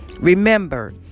Remember